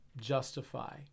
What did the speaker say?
justify